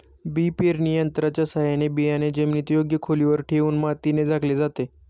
बी पेरणी यंत्राच्या साहाय्याने बियाणे जमिनीत योग्य खोलीवर ठेवून मातीने झाकले जाते